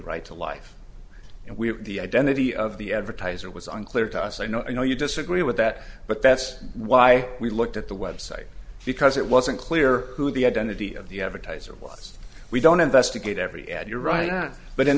right to life and we the identity of the advertiser was unclear to us i know you disagree with that but that's why we looked at the website because it wasn't clear who the identity of the ever ties are was we don't investigate every ad you're right but in